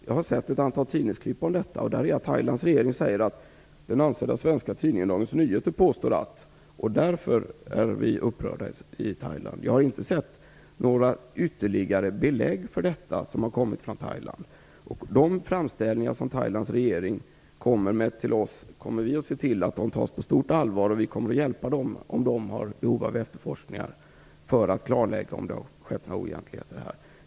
Jag har sett ett antal tidningsklipp om detta, och där har det snarare hetat att Thailands regering säger att den ansedda svenska tidningen Dagens Nyheter påstår det och det, och därför är vi upprörda i Thailand. Jag har inte sett att några ytterligare belägg för detta har kommit från Vi kommer att se till att de framställningar som Thailands regering kommer med till oss tas på stort allvar. Vi kommer också att hjälpa dem om de har behov av efterforskningar för att klarlägga om det har förekommit några oegentligheter.